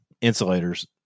insulators